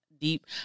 deep